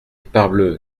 parbleu